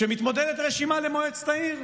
כשמתמודדת רשימה למועצת העיר,